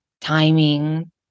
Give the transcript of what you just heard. timing